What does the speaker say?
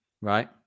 Right